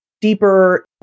deeper